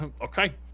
okay